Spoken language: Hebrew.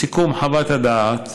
בסיכום חוות הדעת,